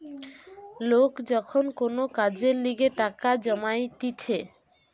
লোক যখন কোন কাজের লিগে টাকা জমাইতিছে